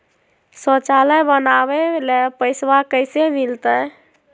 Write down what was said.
शौचालय बनावे ले पैसबा कैसे मिलते?